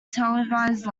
televised